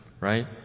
Right